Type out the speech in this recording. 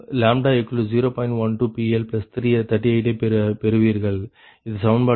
12 PL38 ஐ பெறுவீர்கள் இது சமன்பாடு 8 ஆகும்